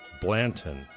Blanton